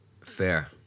Fair